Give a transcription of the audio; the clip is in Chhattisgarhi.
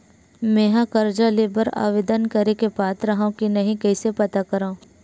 मेंहा कर्जा ले बर आवेदन करे के पात्र हव की नहीं कइसे पता करव?